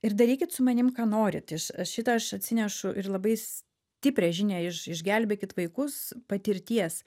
ir darykit su manim ką norit iš šitą aš atsinešu ir labai stiprią žinią iš iš gelbėkit vaikus patirties